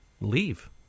leave